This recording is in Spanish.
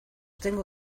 tengo